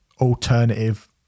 alternative